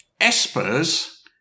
Esper's